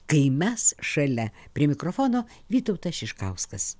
kai mes šalia prie mikrofono vytautas šiškauskas